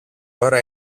ώρα